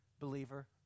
believer